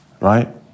right